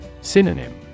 Synonym